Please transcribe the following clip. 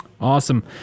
Awesome